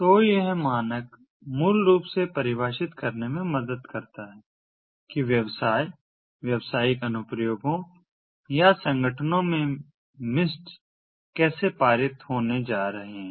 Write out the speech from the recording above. तो यह मानक मूल रूप से यह परिभाषित करने में मदद करता है कि व्यवसाय व्यावसायिक अनुप्रयोगों या संगठनों से मिस्ट्स कैसे पारित होने जा रहे हैं